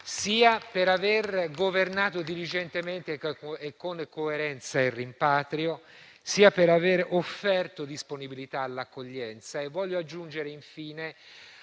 sia per aver governato diligentemente e con coerenza il rimpatrio, sia per aver offerto disponibilità all'accoglienza, e voglio aggiungere infine,